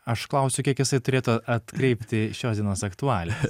aš klausiu kiek jisai turėtų atkreipti šios dienos aktualijas